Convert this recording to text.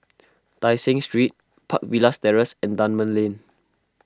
Tai Seng Street Park Villas Terrace and Dunman Lane